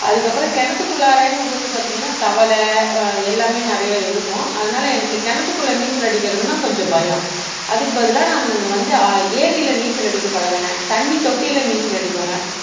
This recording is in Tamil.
அதுக்கு அப்புறம் கிணத்துக்குள்ளாறங்க போது பார்த்திங்கன்னா தவளை எல்லாமே நிறையா இருக்கும் அதனால எனக்கு கிணத்துக்குள்ள நீச்சல் அடிக்கிறதுனால் கொஞ்சம் பயம் அதுக்கு பதிலாக நான் வந்து ஏரியில நீச்சல் அடிக்க பழகுனேன் தண்ணி தொட்டியில நீச்சல் அடிப்பேங்க